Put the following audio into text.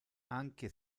anche